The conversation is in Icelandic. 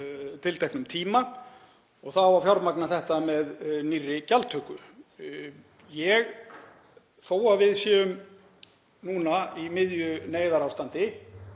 tilteknum tíma og það á að fjármagna þetta með nýrri gjaldtöku. Þó að við séum núna í miðju neyðarástandi